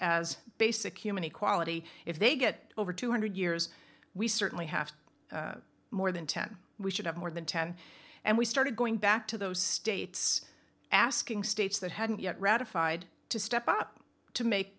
as basic human equality if they get over two hundred years we certainly have more than ten we should have more than ten and we started going back to those states asking states that hadn't yet ratified to step up to make